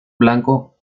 blanco